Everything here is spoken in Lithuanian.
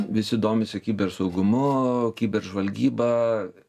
visi domisi kibersaugumu kiberžvalgyba